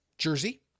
Jersey